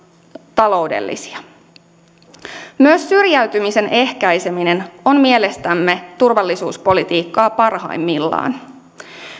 taloudellisia myös syrjäytymisen ehkäiseminen on mielestämme turvallisuuspolitiikkaa parhaimmillaan